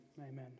Amen